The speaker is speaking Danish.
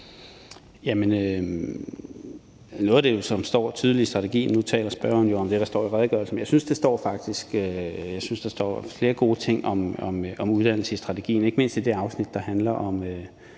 15:03 Daniel Toft Jakobsen (S): Nu taler spørgeren om det, der står i redegørelsen, men jeg synes, der står flere gode ting om uddannelsesstrategien, ikke mindst i det afsnit, der handler om